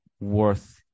worth